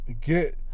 get